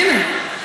הינה,